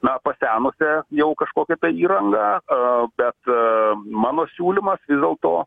na pasenusią jau kažkokią įrangą a bet mano siūlymas vis dėl to